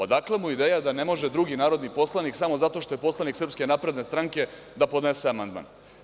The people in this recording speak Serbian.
Odakle mu ideja da ne može drugi narodni poslanik samo zato što je poslanik SNS da podnese amandman?